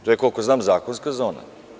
To je koliko znam zakonska zona.